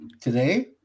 today